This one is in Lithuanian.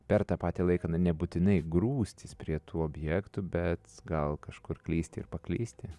per tą patį laiką na nebūtinai grūstis prie tų objektų bet gal kažkur klysti ir paklysti